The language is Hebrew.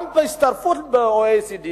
גם מההצטרפות ל-OECD,